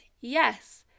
Yes